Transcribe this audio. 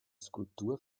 skulptur